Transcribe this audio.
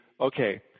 okay